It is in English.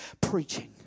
preaching